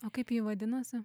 o kaip ji vadinosi